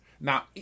Now